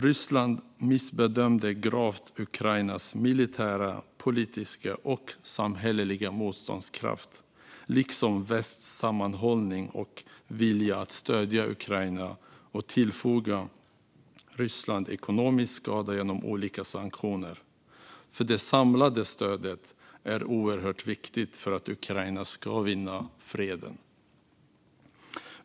Ryssland missbedömde gravt Ukrainas militära, politiska och samhälleliga motståndskraft liksom västs sammanhållning och vilja att stödja Ukraina och tillfoga Ryssland ekonomisk skada genom olika sanktioner. Det samlade stödet är oerhört viktigt för att Ukraina ska vinna freden.